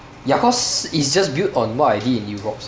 ya cause it's just built on what I did in